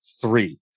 three